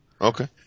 Okay